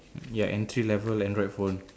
ya entry level Android phone